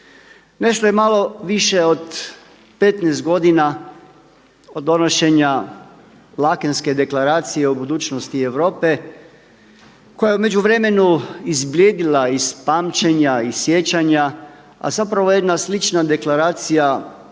nešto je malo više od 15 godina od donošenja Laekenske deklaracije o budućnosti Europe koja je u međuvremenu izblijedila iz pamćenja i sjećanja a zapravo jedna slična deklaracija